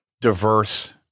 diverse